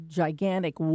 gigantic